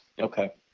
Okay